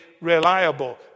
reliable